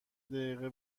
دقیقه